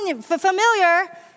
familiar